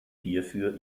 hierfür